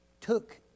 took